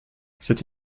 c’est